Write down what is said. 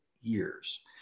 years